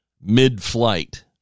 mid-flight